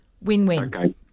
win-win